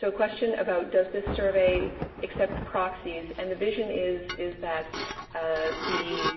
so, a question about, does this survey accept proxies? and the vision is is that ah the